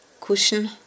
cushion